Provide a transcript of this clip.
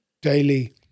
daily